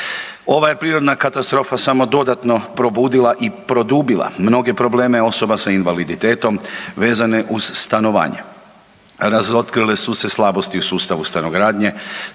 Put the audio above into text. Ova je prirodna katastrofa samo dodatno probudila i produbila mnoge probleme osoba sa invaliditetom vezane uz stanovanje. Razotkrile su se slabosti u sustavu stanogradnje,